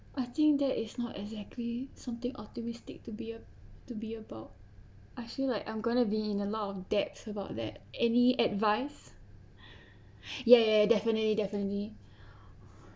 I think that is not exactly something optimistic to be a to be about I feel like I'm gonna be in a lot of debts about that any advice ya ya definitely definitely